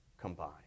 combine